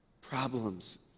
Problems